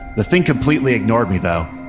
the thing completely ignored me though.